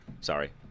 Sorry